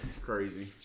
Crazy